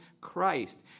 Christ